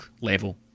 level